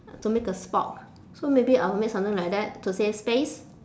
to make a spork so maybe I will make something like that to save space